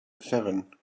seven